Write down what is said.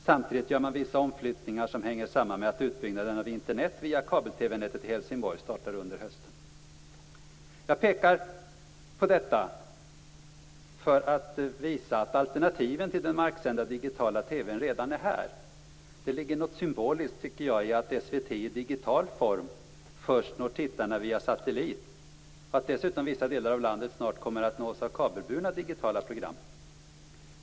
Samtidigt gör man vissa omflyttningar som hänger samman med att utbyggnaden av Internet via kabel-TV-nätet i Helsingborg startar under hösten. Jag pekar på detta för att visa att alternativen till marksänd digital TV redan är här. Det ligger något symboliskt i att SVT i digital form först når tittarna via satellit och att dessutom vissa delar av landet kommer att nås av kabelburna digitala program.